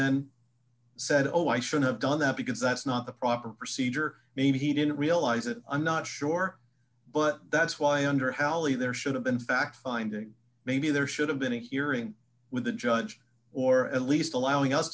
then said oh i should have done that because that's not the proper procedure maybe he didn't realize it i'm not sure but that's why under halley there should have been fact finding maybe there should have been a hearing with the judge or at least allowing us